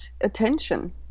attention